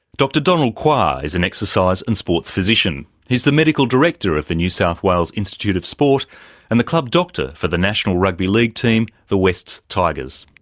dr donald kuah is an exercise and sports physician. he's the medical director of the south wales institute of sport and the club doctor for the national rugby league team, the wests tigers.